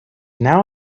now